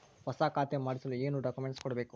ಹೊಸ ಖಾತೆ ಮಾಡಿಸಲು ಏನು ಡಾಕುಮೆಂಟ್ಸ್ ಕೊಡಬೇಕು?